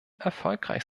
erfolgreich